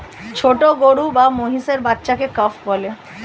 ছোট গরু বা মহিষের বাচ্চাকে কাফ বলে